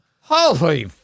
Holy